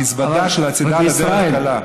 המזוודה של הצידה לדרך קלה.